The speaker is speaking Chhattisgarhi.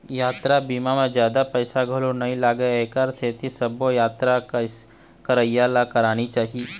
यातरा बीमा म जादा पइसा घलोक नइ लागय एखरे सेती सबो यातरा करइया ल कराना चाही